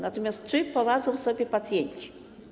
Natomiast czy poradzą sobie pacjenci?